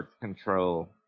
Control